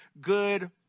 good